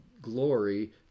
glory